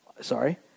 sorry